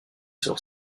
sur